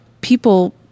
people